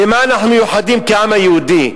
במה אנחנו מיוחדים כעם היהודי?